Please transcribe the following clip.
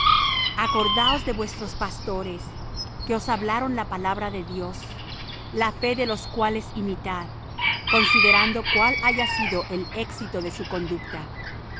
acordaos de vuestros pastores que os hablaron la palabra de dios la fe de los cuales imitad considerando cuál haya sido el éxito de su conducta